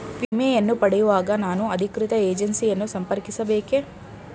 ವಿಮೆಯನ್ನು ಪಡೆಯುವಾಗ ನಾನು ಅಧಿಕೃತ ಏಜೆನ್ಸಿ ಯನ್ನು ಸಂಪರ್ಕಿಸ ಬೇಕೇ?